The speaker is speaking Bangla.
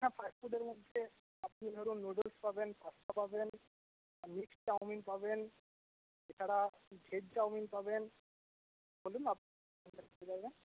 হ্যাঁ ফাস্টফুডের মধ্যে আপনি ধরুন নুডলস পাবেন পাস্তা পাবেন মিক্সড চাউমিন পাবেন এছাড়া ভেজ চাউমিন পাবেন